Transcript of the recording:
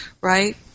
right